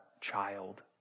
child